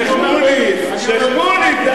בסדר, שיח'-מוניס, שיח'-מוניס.